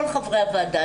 כל חברי הוועדה,